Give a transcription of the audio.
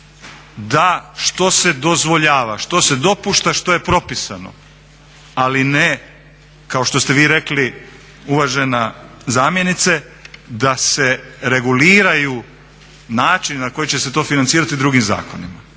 da što se dozvoljava, što se dopušta, što je propisano, ali ne kao što ste vi rekli uvažena zamjenice da se reguliraju načini na koji će se to financirati drugim zakonima.